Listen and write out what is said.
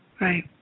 Right